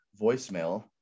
voicemail